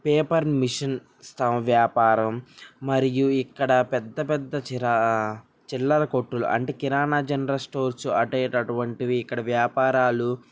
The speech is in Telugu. పేపర్ మిషన్ వ్యాపారం మరియు ఇక్కడ పెద్ద పెద్ద చిర చిల్లర కొట్టులు అంటే కిరాణా జనరల్ స్టోర్స్ అటేటి అటువంటివి ఇక్కడ వ్యాపారాలు